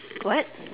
what